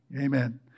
amen